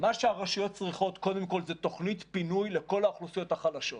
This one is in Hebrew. מה שהרשויות צריכות קודם כול זה תוכנית פינוי לכל האוכלוסיות החלשות